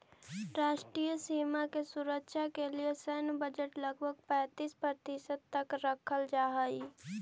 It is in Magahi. राष्ट्रीय सीमा के सुरक्षा के लिए सैन्य बजट लगभग पैंतीस प्रतिशत तक रखल जा हई